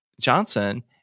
Johnson